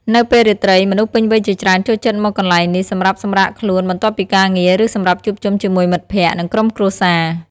នៅពេលរាត្រី មនុស្សពេញវ័យជាច្រើនចូលចិត្តមកកន្លែងនេះសម្រាប់សម្រាកខ្លួនបន្ទាប់ពីការងារ ឬសម្រាប់ជួបជុំជាមួយមិត្តភក្តិ និងក្រុមគ្រួសារ។